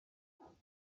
non